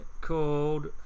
Called